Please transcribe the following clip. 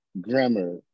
grammar